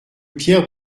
pierre